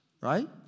right